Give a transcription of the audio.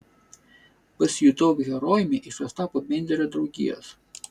pasijutau herojumi iš ostapo benderio draugijos